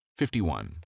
51